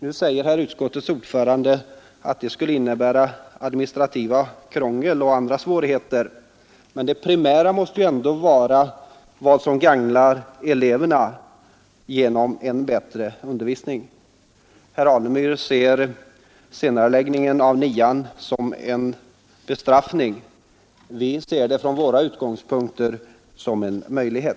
Nu säger utskottets herr ordförande att det skulle innebära administrativt krångel och andra svårigheter, men det primära måste ändå vara vad som gagnar eleverna genom en bättre undervisning. Herr Alemyr ser senareläggningen av nionde skolåret som en bestraffning. Från våra utgångspunkter ser vi det som en möjlighet.